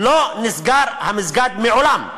לא נסגר המסגד מעולם,